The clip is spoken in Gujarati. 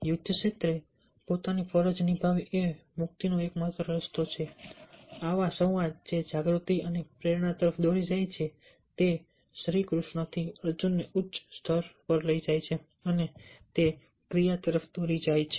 યુદ્ધ ક્ષેત્રે પોતાની ફરજ નિભાવવી એ મુક્તિનો એકમાત્ર રસ્તો છે આવા સંવાદ જે જાગૃતિ અને પ્રેરણા તરફ દોરી જાય છે તે શ્રી કૃષ્ણથી અર્જુનને ઉચ્ચ સ્તર પર લઈ જાય છે અને તે ક્રિયા તરફ દોરી જાય છે